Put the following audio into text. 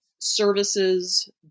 services